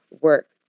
work